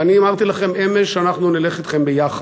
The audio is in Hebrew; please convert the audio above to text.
ואני אמרתי לכם אמש שאנחנו נלך אתכם יחד,